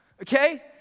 Okay